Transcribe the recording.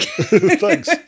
Thanks